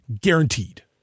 guaranteed